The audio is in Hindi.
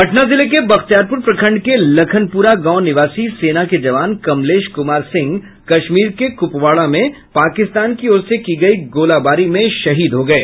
पटना जिले के बख्तियारपुर प्रखंड के लखनपुरा गांव निवासी सेना के जवान कमलेश कुमार सिंह कश्मीर के कुपवाड़ा में पाकिस्तान की ओर से की गयी गोलाबारी में शहीद हो गये